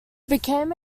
became